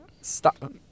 Stop